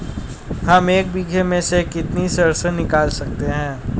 हम एक बीघे में से कितनी सरसों निकाल सकते हैं?